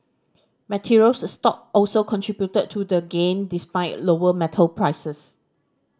materials stock also contributed to the gain despite lower metal prices